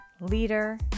leader